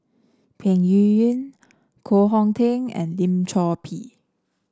Peng Yuyun Koh Hong Teng and Lim Chor Pee